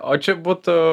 o čia būtų